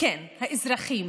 כן, האזרחים.